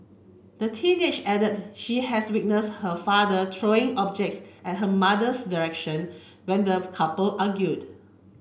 the teenager added she had witness her father throw objects at her mother's direction when the couple argued